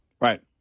Right